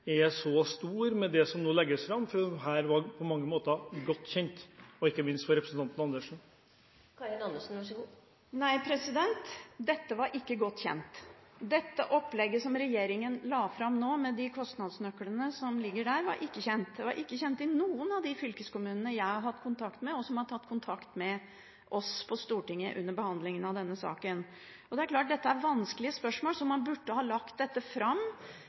er så stor mot det som nå legges fram, for dette var på mange måter godt kjent – ikke minst for representanten Andersen. Nei, dette var ikke godt kjent. Det opplegget som regjeringen la fram nå, med de kostnadsnøklene som ligger der, var ikke kjent. Det var ikke kjent i noen av de fylkeskommunene jeg har hatt kontakt med, eller som har tatt kontakt med oss på Stortinget under behandlingen av denne saken. Det er klart dette er vanskelige spørsmål, så man burde ha lagt det fram